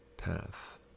path